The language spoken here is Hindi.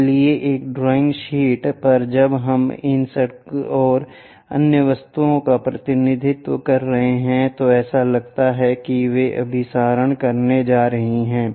इसलिए एक ड्राइंग शीट पर जब हम इन सड़क और अन्य वस्तुओं का प्रतिनिधित्व कर रहे हैं तो ऐसा लगता है कि वे अभिसरण करने जा रहे हैं